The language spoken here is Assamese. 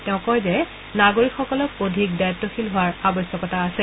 তেওঁ কয় যে নাগৰিকসকলক অধিক দায়িত্বশীল হোৱাৰ আৱশ্যকতা আছে